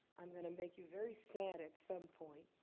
i'm going to make you very sad at some point.